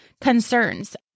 concerns